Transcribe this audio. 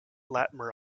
latymer